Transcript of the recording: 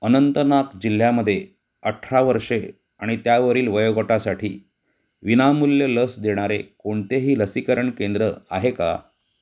अनंतनाग जिल्ह्यामध्ये अठरा वर्षे आणि त्यावरील वयोगटासाठी विनामूल्य लस देणारे कोणतेही लसीकरण केंद्र आहे का